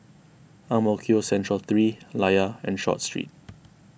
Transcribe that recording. Ang Mo Kio Central three Layar and Short Street